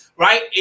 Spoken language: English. Right